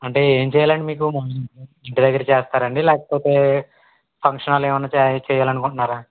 అంటే ఏం చేయాలండి మీకు ఇంటి దగ్గర చేస్తారండి లేకపోతే ఫంక్షన్ హాల్ ఏమైన చేయాలనుకుంటున్నారా